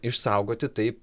išsaugoti taip